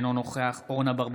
אינו נוכח אורנה ברביבאי,